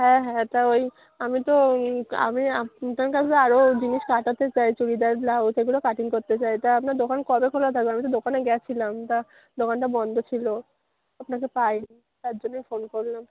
হ্যাঁ হ্যাঁ তা ওই আমি তো আমি আপনাদের কাছে আরও জিনিস কাটাতে চাই চুড়িদার ব্লাউজ এগুলো কাটিং করতে চাই তা আপনার দোকান কবে খোলা থাক আমি তো দোকানে গেছিলাম তা দোকানটা বন্ধ ছিলো আপনাকে পাই নি তার জন্যই ফোন করলাম